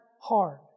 hard